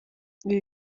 ibi